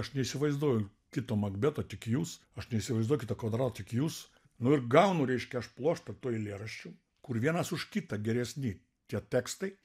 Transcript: aš neįsivaizduoju kito makbeto tik jus aš neįsivaizduoju kito kvadrato tik jus nu ir gaunu reiškia aš pluoštą tų eilėraščių kur vienas už kitą geresni tie tekstai